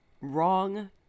Wrong